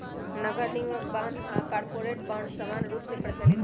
नगरनिगम बान्ह आऽ कॉरपोरेट बॉन्ड समान्य रूप से प्रचलित हइ